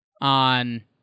on